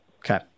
Okay